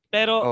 Pero